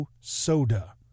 Soda